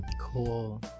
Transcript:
cool